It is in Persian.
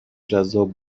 جذاب